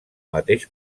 mateix